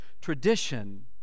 tradition